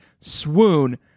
swoon